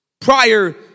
Prior